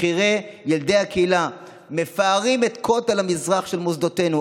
בכירי ילדי הקהילה מפארים את כותל המזרח של מוסדותינו.